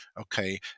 Okay